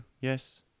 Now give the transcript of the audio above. yes